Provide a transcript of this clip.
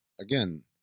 Again